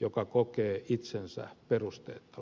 joka kokee itsensä perusteetta leimatuksi